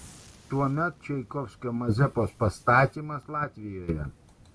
tuomet čaikovskio mazepos pastatymas latvijoje